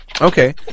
Okay